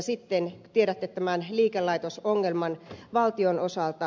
sitten tiedätte tämän liikelaitosongelman valtion osalta